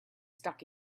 stuck